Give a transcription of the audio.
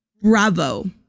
Bravo